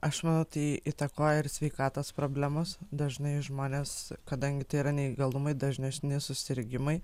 aš manau tai įtakoja ir sveikatos problemos dažnai žmones kadangi tai yra neįgalumai dažnesni susirgimai